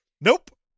Nope